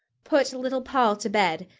put little poll to bed,